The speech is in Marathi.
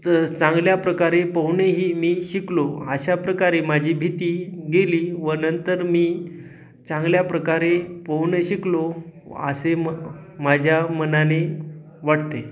तर चांगल्या प्रकारे पोहणेही मी शिकलो अशा प्रकारे माझी भीती गेली व नंतर मी चांगल्या प्रकारे पोहणं शिकलो असे म माझ्या मनाने वाटते